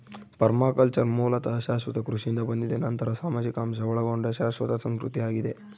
permaculture ಮೂಲತಃ ಶಾಶ್ವತ ಕೃಷಿಯಿಂದ ಬಂದಿದೆ ನಂತರ ಸಾಮಾಜಿಕ ಅಂಶ ಒಳಗೊಂಡ ಶಾಶ್ವತ ಸಂಸ್ಕೃತಿ ಆಗಿದೆ